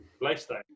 lifestyle